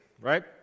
right